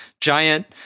giant